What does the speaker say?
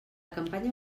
campanya